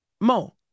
Mo